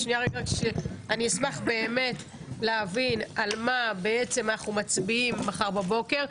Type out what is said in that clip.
אשמח באמת להבין על מה בעצם אנחנו מצביעים מחר בבוקר,